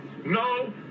No